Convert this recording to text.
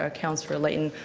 ah councillor layton.